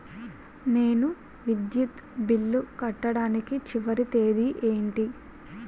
నేను విద్యుత్ బిల్లు కట్టడానికి చివరి తేదీ ఏంటి?